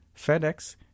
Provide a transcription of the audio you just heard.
FedEx